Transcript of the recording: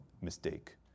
mistake